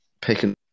picking